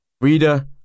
Reader